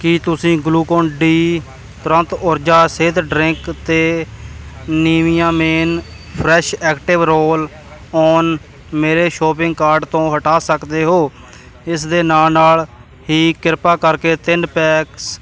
ਕੀ ਤੁਸੀਂ Glucon D ਤੁਰੰਤ ਊਰਜਾ ਸਿਹਤ ਡਰਿੰਕ ਅਤੇ Nivea men fresh active roll on ਮੇਰੇ ਸ਼ੋਪਿੰਗ ਕਾਰਟ ਤੋਂ ਹਟਾ ਸਕਦੇ ਹੋ ਇਸ ਦੇ ਨਾਲ ਨਾਲ ਹੀ ਕਿਰਪਾ ਕਰਕੇ ਤਿੰਨ ਪੈਕਸ